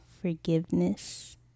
forgiveness